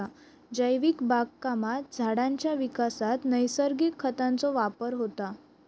जैविक बागकामात झाडांच्या विकासात नैसर्गिक खतांचो वापर होता